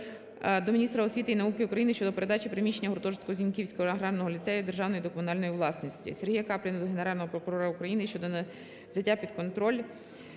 до міністра освіти і науки України щодо передачі приміщення гуртожитку Зіньківського аграрного ліцею з державної до комунальної власності. Сергія Капліна до Генерального прокурора України щодо взяття під контроль